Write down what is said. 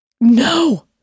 no